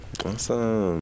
Awesome